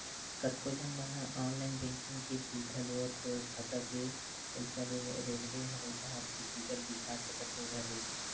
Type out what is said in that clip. कतको झन मन ह ऑनलाईन बैंकिंग के सुबिधा लेवत होय खाता के पइसा ले रेलवे, हवई जहाज के टिकट बिसा सकत हे घर बइठे